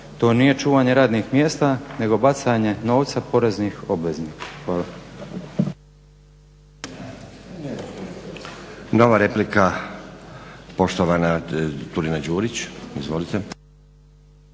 to nije čuvanje radnih mjesta nego bacanje novca poreznih obveznika. Hvala. **Stazić, Nenad (SDP)** Nova replika poštovana Turina-Đurić. Izvolite.